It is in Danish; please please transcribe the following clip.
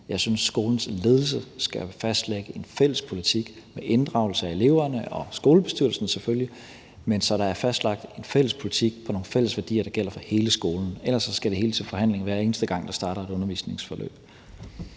Jeg synes, at skolens ledelse skal fastlægge en fælles politik med inddragelse af eleverne og skolebestyrelsen selvfølgelig, så der er fastlagt en fælles politik om nogle fælles værdier, der gælder for hele skolen. Ellers skal det hele til forhandling, hver eneste gang der starter et undervisningsforløb.